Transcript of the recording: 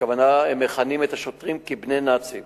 הכוונה היא שהם מכנים את השוטרים כבני נאצים